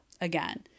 again